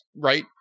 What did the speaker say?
right